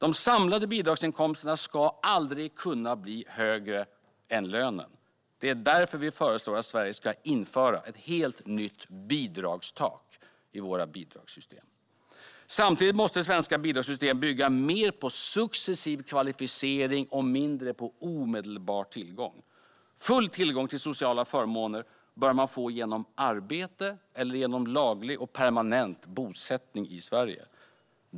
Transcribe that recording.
De samlade bidragsinkomsterna ska aldrig kunna bli högre än lönen. Det är därför som vi föreslår att Sverige ska införa ett helt nytt bidragstak i bidragssystemen. Samtidigt måste svenska bidragssystem bygga mer på successiv kvalificering och mindre på omedelbar tillgång. Full tillgång till sociala förmåner bör man få genom arbete eller genom laglig och permanent bosättning i Sverige.